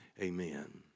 amen